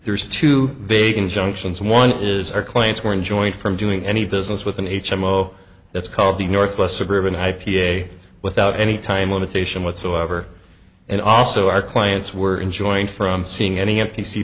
there's two big injunctions one is our clients were enjoined from doing any business with an h m o that's called the northwest suburban i p a without any time limitation whatsoever and also our clients were enjoying from seeing any empty see